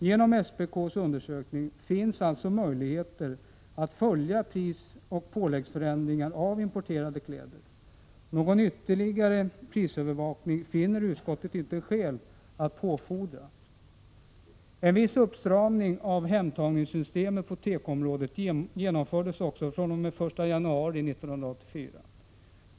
Genom SPK:s undersökningar finns alltså möjligheter att följa prisoch påläggsförändringar av importerade kläder. Någon ytterligare prisövervakning finner utskottet inte skäl att påfordra. En viss uppstramning av hemtagningssystemet på tekoområdet genomfördes den 1 januari 1984.